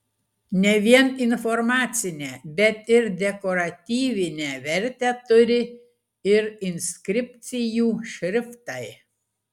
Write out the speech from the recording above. ne vien informacinę bet ir dekoratyvinę vertę turi ir inskripcijų šriftai